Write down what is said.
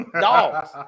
Dogs